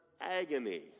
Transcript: agony